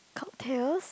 cocktails